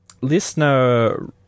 Listener